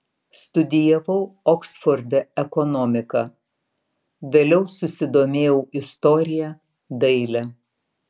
studijavau oksforde ekonomiką vėliau susidomėjau istorija daile